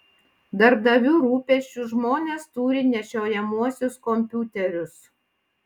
darbdavių rūpesčiu žmonės turi nešiojamuosius kompiuterius